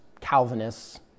calvinists